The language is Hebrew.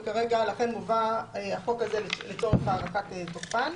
וכרגע לכן מובא החוק הזה לצורך הארכת תוקפן.